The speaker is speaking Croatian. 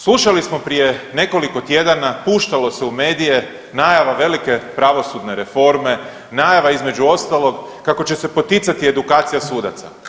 Slušali smo prije nekoliko tjedana puštalo se u medije najava velike pravosudne reforme, najava između ostalog kako će se poticati edukacija sudaca.